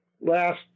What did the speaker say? last